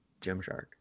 Gymshark